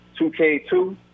2K2